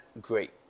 great